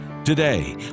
Today